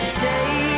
take